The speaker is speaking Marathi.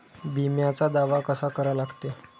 बिम्याचा दावा कसा करा लागते?